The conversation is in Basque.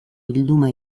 bilduma